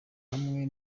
hamwe